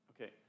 Okay